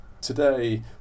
Today